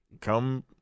come